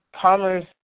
commerce